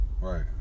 Right